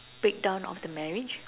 the breakdown of the marriage